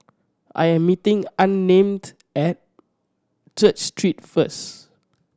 I am meeting Unnamed at Church Street first